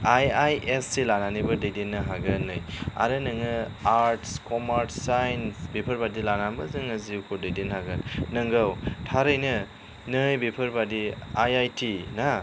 I I S C लानानैबो दैदेननो हागोन नै आरो नोङो आर्टस कमार्च साइन्स बेफोरबादि लानानैबो जोङो जिउखौ दैदेननो हागोन नोंगौ थारैनो नै बेफोरबादि आइ आइ टि ना